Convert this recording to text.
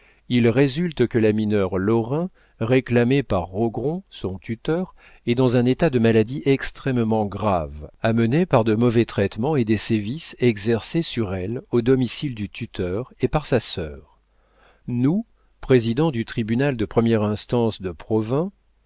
il résulte que la mineure lorrain réclamée par rogron son tuteur est dans un état de maladie extrêmement grave amené par de mauvais traitements et des sévices exercés sur elle au domicile du tuteur et par sa sœur nous président du tribunal de première instance de provins